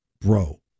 bro